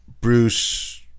Bruce